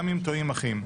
גם אם טועים, אחים.